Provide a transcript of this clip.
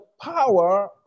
power